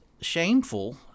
shameful